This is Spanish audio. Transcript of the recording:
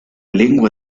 lengua